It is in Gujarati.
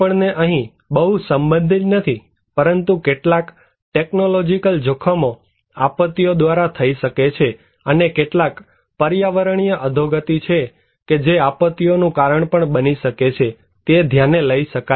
આપણને અહીં બહુ સંબંધિત નથી પરંતુ કેટલાક ટેકનોલોજીકલ જોખમો આપત્તિઓ દ્વારા થઈ શકે છે અને કેટલાક પર્યાવરણીય અધોગતિ કે જે આપત્તિઓ નું કારણ પણ બની શકે છે તે ધ્યાને લઇ શકાય